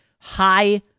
high